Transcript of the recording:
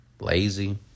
Lazy